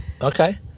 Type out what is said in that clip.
Okay